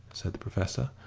said the professor.